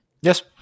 yes